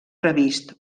previst